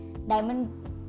Diamond